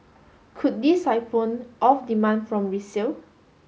could this siphon off demand from resale